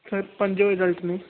sir ਪੰਜੋ adult ਨੇ